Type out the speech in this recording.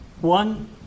One